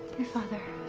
your father.